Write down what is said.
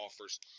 offers